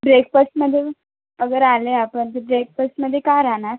ब्रेकफस्टमध्ये अगर आले आपण तर ब्रेकफस्टमध्ये काय राहणार